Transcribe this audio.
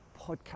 podcast